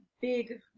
big